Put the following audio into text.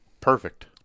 perfect